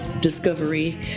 discovery